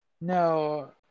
No